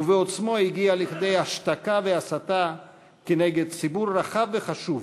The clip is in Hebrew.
ובעצמו הגיע לכדי השתקה והסתה כנגד ציבור רחב וחשוב,